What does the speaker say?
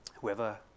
whoever